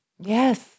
Yes